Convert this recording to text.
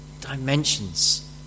dimensions